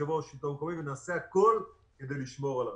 ויושב-ראש מרכז השלטון המקומי ונעשה הכול כדי לשמור על הרשויות.